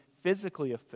physically